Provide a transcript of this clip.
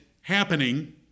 happening